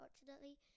unfortunately